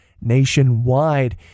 nationwide